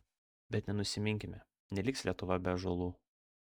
bet nenusiminkime neliks lietuva be ąžuolų